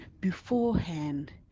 beforehand